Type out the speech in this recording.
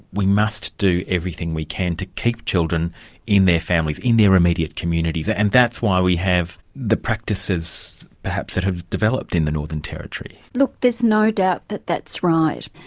we must do everything we can to keep children in their families, in their immediate communities', and that's why we have the practices, perhaps, that have developed in the northern territory. look, there's no doubt that that's right.